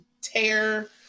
tear